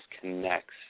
connects